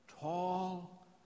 tall